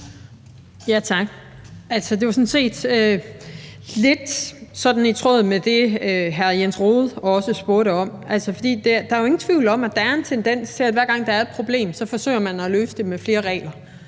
spørge om, er sådan set lidt i tråd med det, hr. Jens Rohde spurgte om, for der er jo ingen tvivl om, at der er en tendens til, at hver gang der er et problem, så forsøger man at løse det med flere regler.